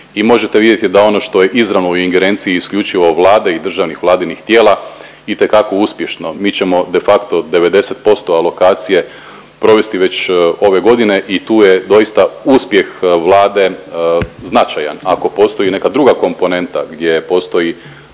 i možete vidjeti da ono što je izravno u ingerenciji isključivo Vlade i državnih vladinih tijela itekako uspješno. Mi ćemo de facto 90% alokacije provesti već ove godine i tu je doista uspjeh Vlade značajan. Ako postoji neka druga komponenta gdje postoji